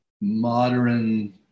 modern